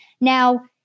Now